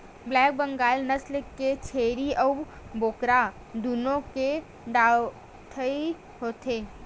black Bengal नसल के छेरी अउ बोकरा दुनो के डाढ़ही होथे